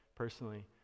personally